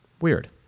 weird